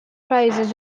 prices